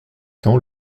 temps